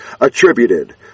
attributed